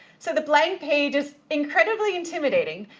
so, the blank page is incredibly intimidating,